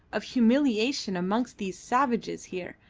of humiliation amongst these savages here,